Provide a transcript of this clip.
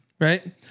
right